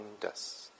dust